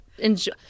enjoy